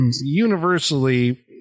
universally